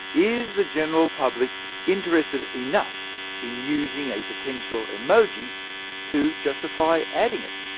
is the general public interested enough in using a potential emoji to justify adding it?